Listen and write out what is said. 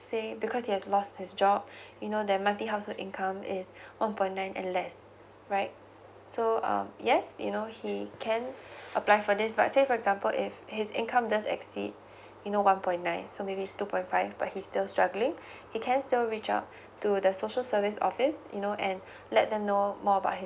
say because he has lost his job you know the monthly household income that is one point nine and less right so um yes you know he can apply for this but say for example if his income does exceed you know one point nine so maybe is two point five but he still struggling he can still reach out to the social service office you know and let them know more about his